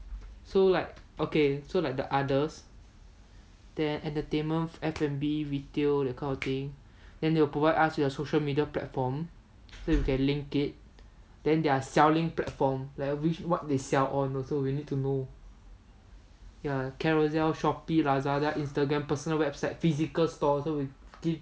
so like okay so like the others then entertainment F&B retail that kind of thing then they'll provide us with the social media platforms so that we can link it then their selling platforms like which what they sell on also we need to know ya carousell shopee lazada personal websites physical stores